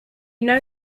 know